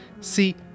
See